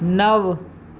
नव